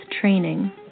training